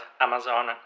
Amazon